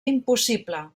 impossible